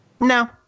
no